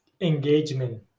engagement